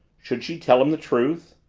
should she tell him the truth?